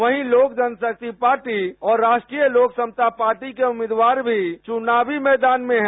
वहीं लोक जनशक्ति पार्टी और राष्ट्रीय लोक समता पार्टी के उम्मीदवार भी चुनावी मैदान में है